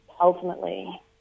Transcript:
ultimately